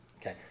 okay